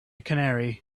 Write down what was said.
canary